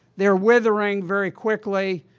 they're withering very quickly.